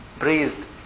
Praised